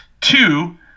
Two